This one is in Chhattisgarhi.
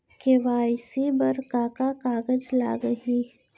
के.वाई.सी बर का का कागज लागही?